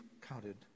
counted